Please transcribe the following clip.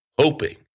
hoping